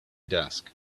desk